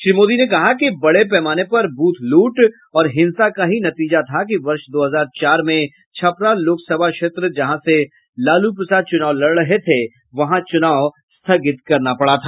श्री मोदी ने कहा कि बड़े पैमाने पर बूथ लूट और हिंसा का ही नतीजा था कि वर्ष दो हजार चार में छपरा लोकसभा क्षेत्र जहां से लालू प्रसाद चुनाव लड़ रहे थे वहां चुनाव स्थगित करना पड़ा था